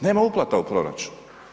Nema uplata u proračun.